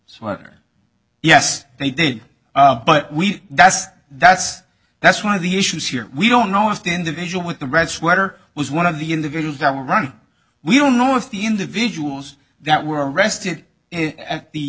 sweater yes they did but we that's that's that's one of the issues here we don't know if the individual with the red sweater was one of the individuals that were running we don't know if the individuals that were arrested at the